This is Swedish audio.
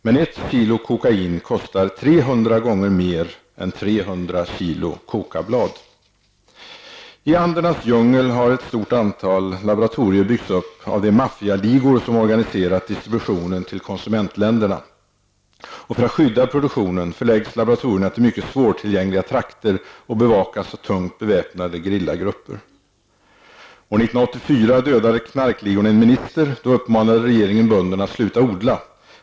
Men ett kilo kokain kostar 300 I Andernas djungel har ett stort antal laboratorier byggts upp av de maffialigor som organiserat distributionen till konsumentländerna. För att skydda produktionen, förläggs laboratorierna till mycket svårtillgängliga trakter och bevakas av tungt beväpnade gerillagrupper. År 1984 dödadeknarkligorna en minister. Då uppmanade regeringen bönderna att sluta odla.